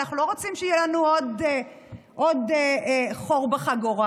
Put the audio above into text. אנחנו לא רוצים שיהיה לנו עוד חור בחגורה.